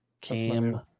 cam